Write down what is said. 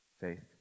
faith